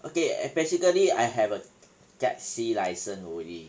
okay uh basically I have a taxi license only